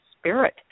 spirit